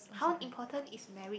how important is marriage